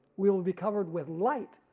we will be covered with light,